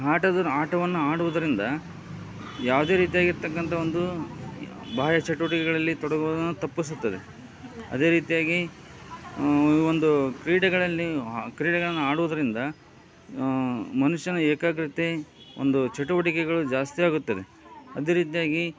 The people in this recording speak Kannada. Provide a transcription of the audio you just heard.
ಆಟದನ್ ಆಟವನ್ನು ಆಡುವುದರಿಂದ ಯಾವುದೇ ರೀತಿಯಾಗಿರ್ತಕ್ಕಂಥ ಒಂದು ಬಾಹ್ಯ ಚಟುವಟಿಕೆಗಳಲ್ಲಿ ತೊಡಗುವುದನ್ನು ತಪ್ಪಿಸುತ್ತದೆ ಅದೇ ರೀತಿಯಾಗಿ ಈ ಒಂದು ಕ್ರೀಡೆಗಳಲ್ಲಿ ಆ ಕ್ರೀಡೆಗಳನ್ನು ಆಡುವುದರಿಂದ ಮನುಷ್ಯನ ಏಕಾಗ್ರತೆ ಒಂದು ಚಟುವಟಿಕೆಗಳು ಜಾಸ್ತಿಯಾಗುತ್ತದೆ ಅದೇ ರೀತಿಯಾಗಿ